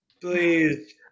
please